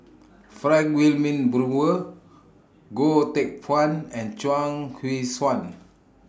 Frank Wilmin Brewer Goh Teck Phuan and Chuang Hui Tsuan